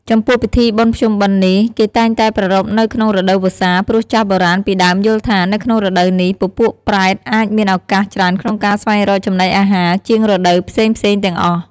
ចំពោះពិធីបុណ្យភ្ជុំបិណ្ឌនេះ គេតែងតែប្រារព្ធនៅក្នុងរដូវវស្សា ព្រោះចាស់បុរាណពីដើមយល់ថា នៅក្នុងរដូវនេះ ពពួកប្រែតអាចមានឱកាសច្រើនក្នុងការស្វែងរកចំណីអាហារជាងរដូវផ្សេងៗទាំងអស់។